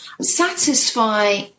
satisfy